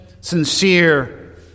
sincere